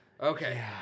okay